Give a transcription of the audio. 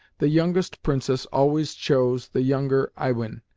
the youngest princess always chose the younger iwin,